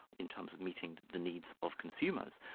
in terms of meeting the needs of consumers,